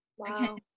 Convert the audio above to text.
Wow